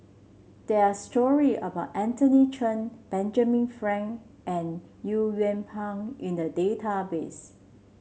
there are story about Anthony Chen Benjamin Frank and Au Yue Pak in the database